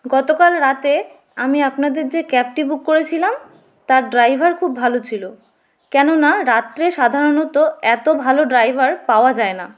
গতকাল রাতে আমি আপনাদের যে ক্যাবটি বুক করেছিলাম তার ড্রাইভার খুব ভালো ছিল কেননা রাত্রে সাধারণত এতো ভালো ড্রাইভার পাওয়া যায় না